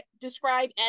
describe